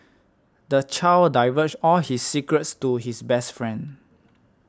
the child divulged all his secrets to his best friend